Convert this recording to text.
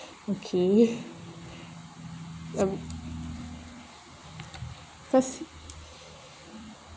okay um first